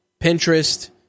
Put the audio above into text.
Pinterest